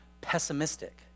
pessimistic